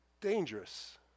dangerous